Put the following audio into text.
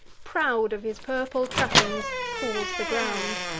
proud of his purple trappings, paws the ground,